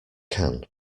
can